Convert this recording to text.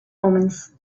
omens